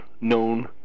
known